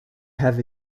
have